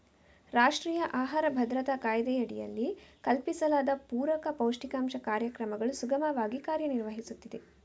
ರಾಷ್ಟ್ರೀಯ ಆಹಾರ ಭದ್ರತಾ ಕಾಯ್ದೆಯಡಿಯಲ್ಲಿ ಕಲ್ಪಿಸಲಾದ ಪೂರಕ ಪೌಷ್ಟಿಕಾಂಶ ಕಾರ್ಯಕ್ರಮಗಳು ಸುಗಮವಾಗಿ ಕಾರ್ಯ ನಿರ್ವಹಿಸುತ್ತಿವೆ